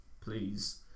please